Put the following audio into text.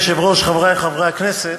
אדוני היושב-ראש, חברי חברי הכנסת,